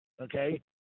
Okay